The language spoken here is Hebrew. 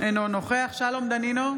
אינו נוכח שלום דנינו,